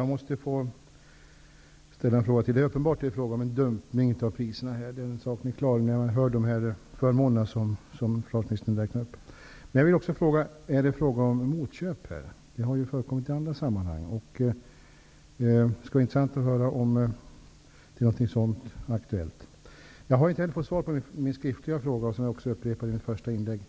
Herr talman! Uppenbart är det fråga om dumpning av priser. När man får höra om de förmåner som försvarsministern räknar upp, är det helt klart. Är det också fråga om motköp? Det har ju förekommit i andra sammanhang. Det skulle vara intressant att höra om någonting sådant är aktuellt. Jag har inte heller fått svar på min skriftliga fråga, som jag även upprepade i mitt första inlägg.